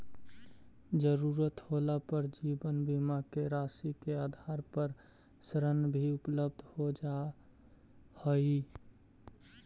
ज़रूरत होला पर जीवन बीमा के राशि के आधार पर ऋण भी उपलब्ध हो जा हई